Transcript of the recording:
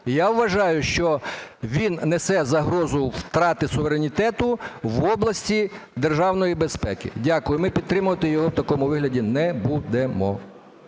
Я вважаю, що він несе загрозу втрати суверенітету в області державної безпеки. Дякую. Ми підтримувати його в такому вигляді не будемо.